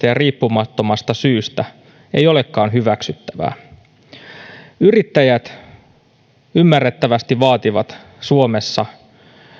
ja heistä riippumattomasta syystä ei olekaan hyväksyttävää yrittäjät ymmärrettävästi vaativat suomessa